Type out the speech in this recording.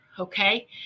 Okay